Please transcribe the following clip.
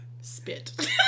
Spit